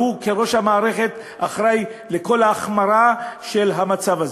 הוא כראש המערכת אחראי לכל ההחמרה הזאת של המצב.